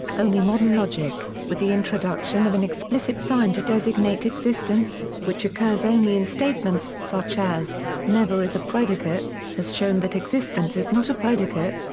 only modern logic, with the introduction of an explicit sign to designate existence, which occurs only in statements such as, never as a predicate, has shown that existence is not a predicate,